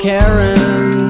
Karen